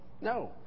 No